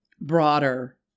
broader